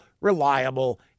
reliable